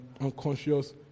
unconscious